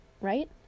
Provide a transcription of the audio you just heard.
Right